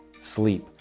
sleep